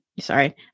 Sorry